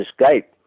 escape